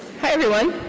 everyone.